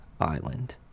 island